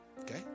okay